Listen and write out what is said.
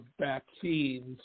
vaccines